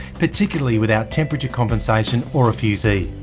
particularly without temperature compensation or a fusee.